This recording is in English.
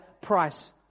price